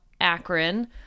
Akron